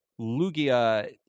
Lugia